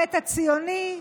בהיבט הציוני,